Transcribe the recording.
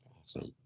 Awesome